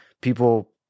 people